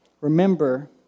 Remember